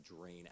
drain